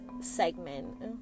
segment